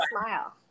smile